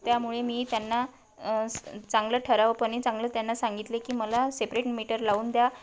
त्यामुळे मी त्यांना स चांगलं ठरावपनी चांगलं त्यांना सांगितले की मला सेपरेट मीटर लावून द्या